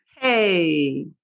Hey